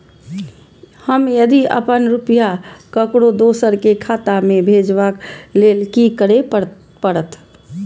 हम यदि अपन रुपया ककरो दोसर के खाता में भेजबाक लेल कि करै परत?